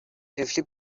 طفلی